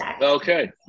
okay